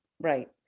right